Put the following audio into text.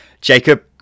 Jacob